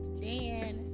Dan